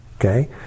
Okay